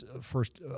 first